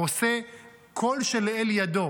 עושה כל שלאל ידו,